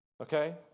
okay